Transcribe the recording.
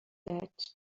that